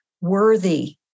worthy